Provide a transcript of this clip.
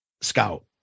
scout